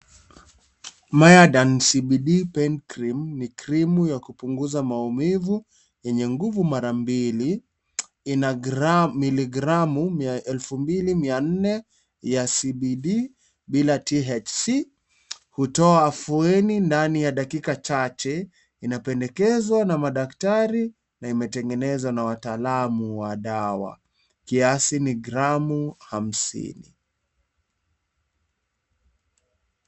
Mayadan CBD pain cream ni krimu ya kupunguza maumivu yenye nguvu mara mbili. Ina miligramu 2400 ya CBD bila THC. Hutoa afueni ndani ya dakika chache. Inapendekezwa na madkatari na imetengenezwa na wataalamu wa dawa. Kiasi ni gramu hamsini.